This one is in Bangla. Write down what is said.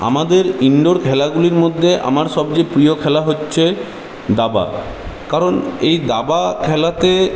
আমাদের ইন্ডোর খেলাগুলির মধ্যে আমার সবচেয়ে প্রিয় খেলা হচ্ছে দাবা কারণ এই দাবা খেলাতে